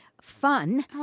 fun